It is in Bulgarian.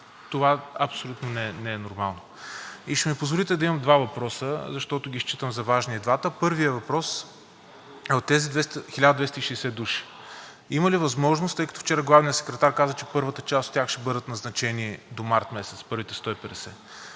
Това абсолютно не е нормално. Ще ми позволите да имам два въпроса, защото ги считам за важни и двата. Първият въпрос, от тези 1260 души има ли възможност, тъй като вчера главният секретар каза, че първата част от тях ще бъдат назначени до март месец – първите 150,